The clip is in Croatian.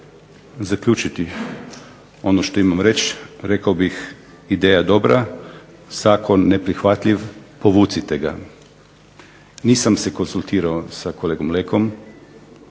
zaključiti ono što imam reći, rekao bih, ideja dobra, zakon ne prihvatljiv, povucite ga. Nisam se konzultirao sa kolegom Lekom,